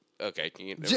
Okay